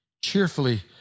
cheerfully